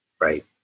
Right